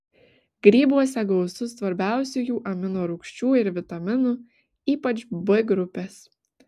grybuose gausu svarbiausiųjų amino rūgščių ir vitaminų ypač b grupės